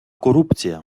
корупція